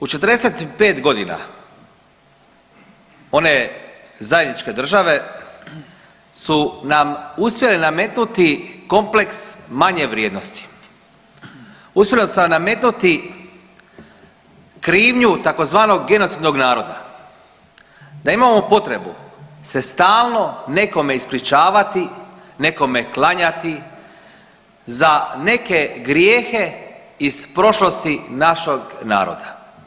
U 45.g. one zajedničke države su nam uspjele nametnuti kompleks manje vrijednosti, uspjele su nam nametnuti krivnju tzv. genocidnog naroda, da imamo potrebu se stalno nekome ispričavati, nekome klanjati za neke grijehe iz prošlosti našeg naroda.